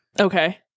Okay